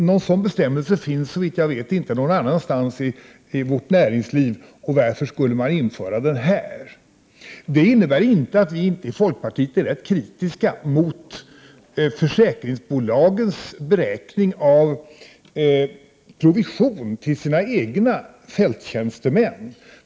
Någon sådan bestämmelse finns såvitt jag vet inte någon annanstans i vårt näringsliv. Varför skulle man införa den här? Detta innebär inte att vi i folkpartiet inte är rätt kritiska mot försäkringsbolagens beräkning av provision till sina egna fälttjänstemän.